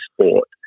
sport